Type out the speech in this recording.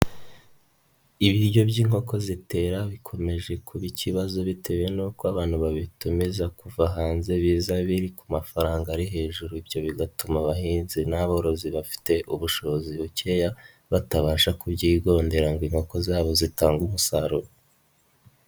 Ibiryo by'inkoko zitera bikomeje kuba ikibazo bitewe n'uko abantu babitumiza kuva hanze biza biri ku mafaranga ari hejuru ibyo bigatuma abahinzi n'aborozi bafite ubushobozi bukeya batabasha kubyigondera ngo inkoko zabo zitange umusaruro.